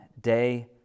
day